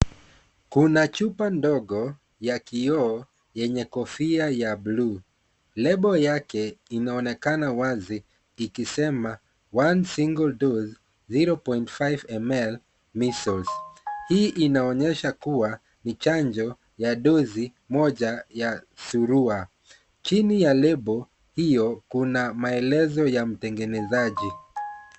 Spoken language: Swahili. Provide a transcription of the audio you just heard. Kuna chupa ndogo ya kioo yenye kofia ya bluu. Lebo yake inaonekana wazi ikisema one single dose 0.5ml measles . Hii inaonyesha kuwa ni chanjo ya dosi moja ya surua. Chini ya lebo hiyo kuna maelezo ya mtengenezaji.